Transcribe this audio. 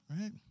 right